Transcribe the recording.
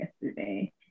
yesterday